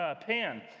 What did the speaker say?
Pan